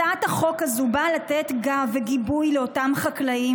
הצעת החוק הזו באה לתת גב וגיבוי לאותם חקלאים,